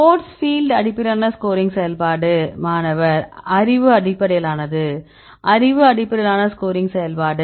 force field அடிப்படையிலான scoring செயல்பாடு மாணவர் அறிவு அடிப்படையிலானது அறிவு அடிப்படையிலான ஸ்கோரிங் செயல்பாடு